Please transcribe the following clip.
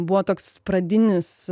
buvo toks pradinis